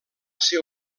ser